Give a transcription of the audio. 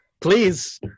Please